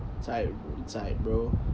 inside bro